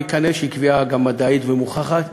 וכנראה היא גם קביעה מדעית ומוכחת,